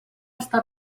està